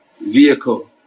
Vehicle